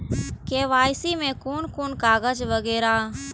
KYC में कोन कोन कागज वगैरा?